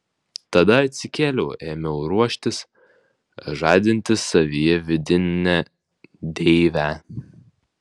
tada atsikėliau ėmiau ruoštis žadinti savyje vidinę deivę